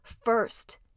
first